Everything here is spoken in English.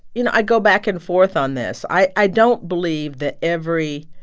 you know, i go back and forth on this. i i don't believe that every